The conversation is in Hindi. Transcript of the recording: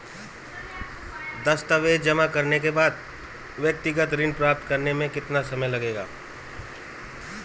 दस्तावेज़ जमा करने के बाद व्यक्तिगत ऋण प्राप्त करने में कितना समय लगेगा?